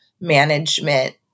management